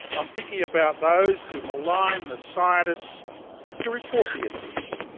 i am thinking about those who malign the scientists who report the evidence.